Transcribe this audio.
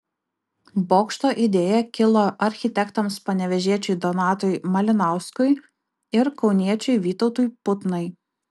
bokšto idėja kilo architektams panevėžiečiui donatui malinauskui ir kauniečiui vytautui putnai